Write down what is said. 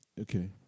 Okay